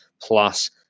Plus